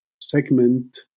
segment